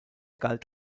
galt